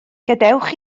gadewch